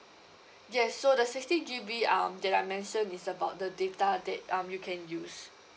yes so the sixty G_B um that I mentioned is about the data that um you can use